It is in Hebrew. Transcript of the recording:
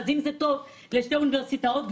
ואם זה טוב לשתי אוניברסיטאות גדולות,